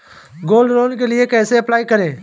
Gold loan के लिए कैसे अप्लाई करें?